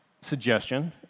suggestion